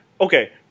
okay